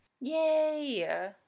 yay